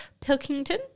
Pilkington